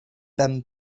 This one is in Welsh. pen